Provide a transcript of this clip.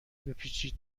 بپیچید